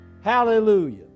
hallelujah